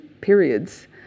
periods